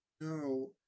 no